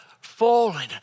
fallen